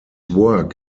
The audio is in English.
work